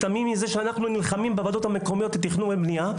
מתעלמים מזה שאנחנו נלחמים בוועדות מקומיות לתכנון ובנייה.